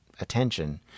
attention